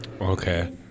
Okay